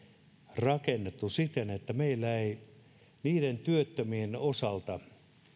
rakennettu siten että meillä ei niiden työttömien osalta